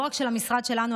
לא רק של המשרד שלנו,